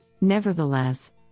Nevertheless